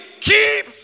keep